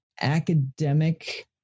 academic